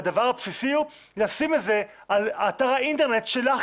והדבר הבסיסי הוא לשים את זה על אתר האינטרנט שלך,